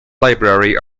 library